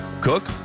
cook